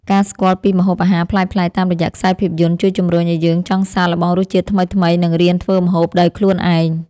ការស្គាល់ពីម្ហូបអាហារប្លែកៗតាមរយៈខ្សែភាពយន្តជួយជំរុញឱ្យយើងចង់សាកល្បងរសជាតិថ្មីៗនិងរៀនធ្វើម្ហូបដោយខ្លួនឯង។